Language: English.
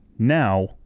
Now